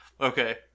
Okay